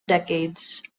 decades